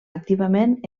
activament